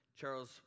Charles